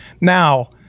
Now